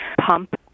pump